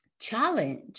challenge